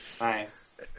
Nice